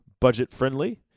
budget-friendly